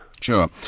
Sure